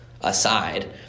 aside